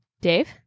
Dave